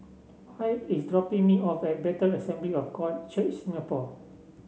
Hoyt is dropping me off at Bethel Assembly of God Church Singapore